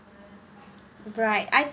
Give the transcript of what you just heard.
right I